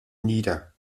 nieder